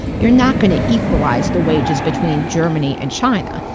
you're not gonna equalize the wages between germany and china.